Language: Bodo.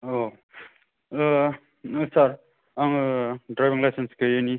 औ ओ आच्छा आङो द्राइभिं लाइसेन्स गैयैनि